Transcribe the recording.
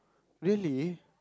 really